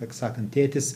taip sakant tėtis